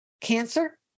cancer